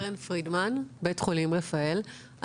אני מבית חולים רפאל,